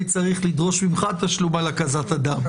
אני צריך לדרוש ממך תשלום על הקזת הדם.